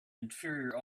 inferior